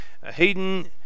Hayden